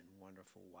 wonderful